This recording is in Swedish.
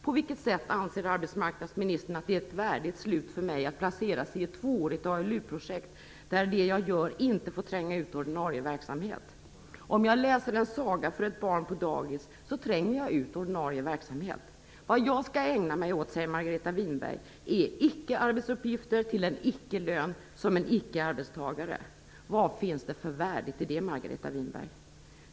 På vilket sätt anser arbetsmarknadsministern att det är ett värdigt slut för mig att placeras i ett tvåårigt ALU-projekt där det jag gör inte får tränga ut den ordinarie verksamheten? Om jag läser en saga för ett barn på dagis tränger jag ut den ordinarie verksamheten. Margareta Winberg säger att jag skall ägna mig åt icke-arbetsuppgifter till en ickelön som en icke-arbetstagare. Vad finns det för värdigt i det, Margareta Winberg?